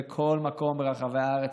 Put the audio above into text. בכל מקום ברחבי הארץ.